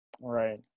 Right